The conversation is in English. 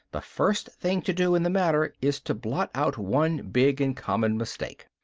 the first thing to do in the matter is to blot out one big and common mistake.